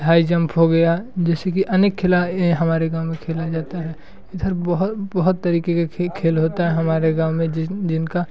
high jump हो गया जैसे कि अनेक खेल हमारे गाँव में खेले जाते हैं इधर बहुत बहुत तरीक़े के खेल होते हैं हमारे गाँव में जिनका